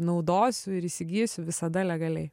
naudosiu ir įsigysiu visada legaliai